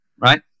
right